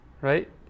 Right